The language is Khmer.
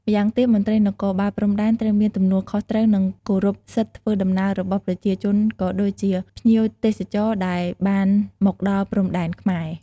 ម្យ៉ាងទៀតមន្រ្តីនគរបាលព្រំដែនត្រូវមានទំនួលខុសត្រូវ និងគោរពសិទ្ធិធ្វើដំណើររបស់ប្រជាជនក៏ដូចជា ភ្ញៀវទេសចរណ៍ដែលបានមកដល់ព្រំដែនខ្មែរ។